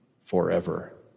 forever